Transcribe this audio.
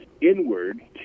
inward